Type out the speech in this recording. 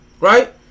right